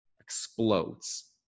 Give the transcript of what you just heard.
explodes